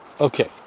Okay